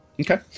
Okay